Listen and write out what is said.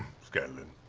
scanlan.